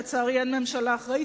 לצערי, אין ממשלה אחראית.